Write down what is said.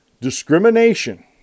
discrimination